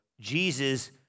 Jesus